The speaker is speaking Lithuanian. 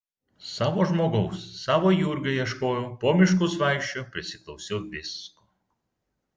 savo žmogaus savo jurgio ieškojau po miškus vaikščiojau prisiklausiau visko